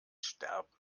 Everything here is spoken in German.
sterben